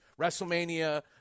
WrestleMania